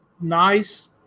nice